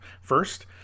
first